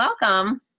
Welcome